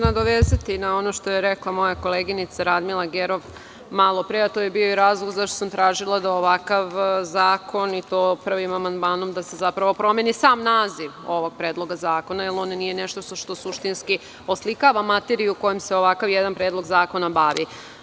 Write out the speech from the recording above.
Nadovezaću se na ono što je rekla moja koleginica Radmila Gerov malopre, a to je bio i razlog zašto sam tražila da ovakav zakon i to prvim amandmanom da se zapravo promeni sam naziv ovog predloga zakona, jer on nije nešto što suštinski oslikava materiju kojom se ovakav jedan predlog zakona bavi.